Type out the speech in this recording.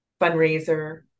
fundraiser